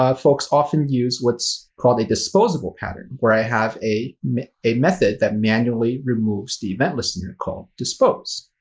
um folks often use what's called a disposable pattern, where i have a a method that manually removes the event listener called dispose.